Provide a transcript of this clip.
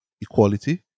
equality